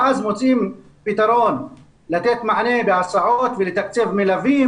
ואז מוצאים פתרון לתת מענה בהסעות ולתקצב מלווים